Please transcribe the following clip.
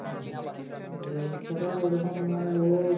হুম আর বড় বাচ্চাটাও ওইরকম মানে ওর